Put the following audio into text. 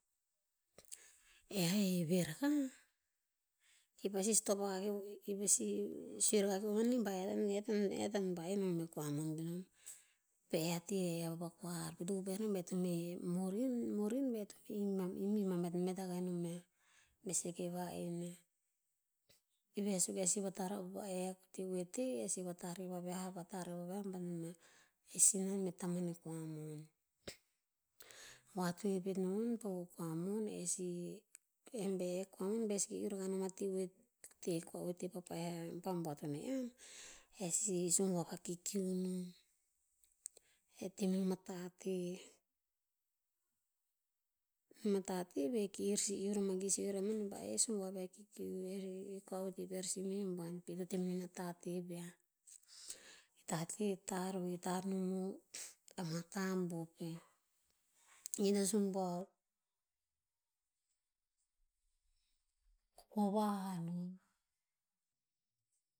A heve rakah, i pasi stop oa ipasi sue rakah manih ba e ton- eh ton antoen va'en non e kua mon penom. Bea ah ti vava kuar ko to upu'eh non ba e to me morin, morin bea to me imima- imima metmet akah non me, me seke va'en inia. Iveh suk e sih vatare vaviah pe oete, eh sih vatare vaviah- vatare vaviah ban mah eh sinan meh tamane kua mon. vatoe petnon po kua mon eh sih, kua mon, be sih iiuh rakah non a ti kua oete pa pai a buaton aiyan. Eh sih sumbuav kikiu, e temenon a tateh, ma tateh veh. Kir sih iuh rah man, kir sih sue amani ba, "eh, sumbuav ve a kikiu veh, kua oete pear sih meh buan pi to temenon a tateh viah." Tateh tar veh, tar non o ama tambu pih. Meh no sumbuav